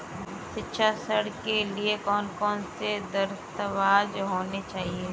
शिक्षा ऋण के लिए कौन कौन से दस्तावेज होने चाहिए?